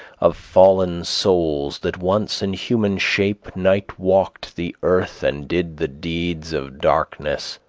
of fallen souls that once in human shape night-walked the earth and did the deeds of darkness,